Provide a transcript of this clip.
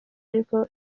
ariko